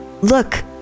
look